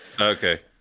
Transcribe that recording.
Okay